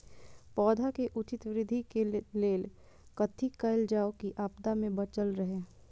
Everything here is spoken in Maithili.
पौधा के उचित वृद्धि के लेल कथि कायल जाओ की आपदा में बचल रहे?